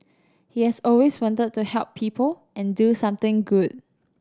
he has always wanted to help people and do something good